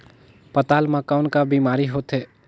पातल म कौन का बीमारी होथे?